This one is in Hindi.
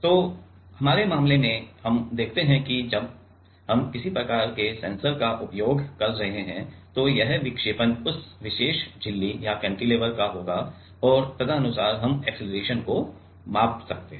तो हमारे मामले में देखते हैं कि जब हम किसी प्रकार के सेंसर का उपयोग कर रहे हैं तो यह विक्षेपण उस विशेष झिल्ली या कैंटिलीवर का होगा और तदनुसार हम अक्सेलरेशन को माप सकते हैं